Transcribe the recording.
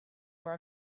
were